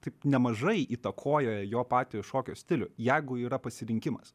taip nemažai įtakoja jo patį šokio stilių jeigu yra pasirinkimas